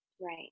Right